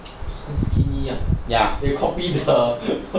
so skinny ah they copy the